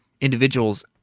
individuals